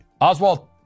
Oswald